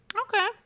Okay